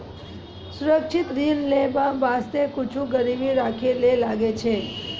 सुरक्षित ऋण लेय बासते कुछु गिरबी राखै ले लागै छै